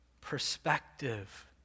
perspective